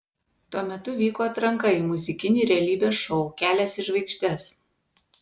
tuo metu vyko atranka į muzikinį realybės šou kelias į žvaigždes